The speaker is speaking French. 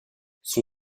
son